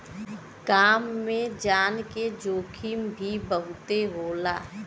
काम में जान के जोखिम भी बहुते होला